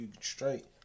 straight